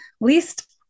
least